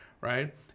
right